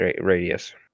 radius